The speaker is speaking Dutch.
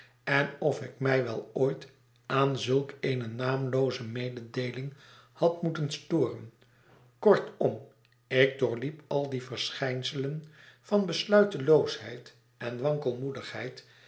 en of ik mij wel ooit aan zulk eene naamlooze mededeeling had moeten storen kortom ik doorliep al die verschijnselen van besluiteloosheid en